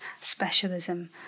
specialism